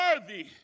worthy